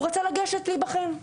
הוא רצה לגשת להיבחן.